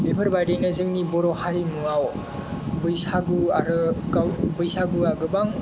बेफोरबायदिनो जोंनि बर' हारिमुआव बैसागु आरो बैसागुआ गोबां